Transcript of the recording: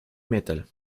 metal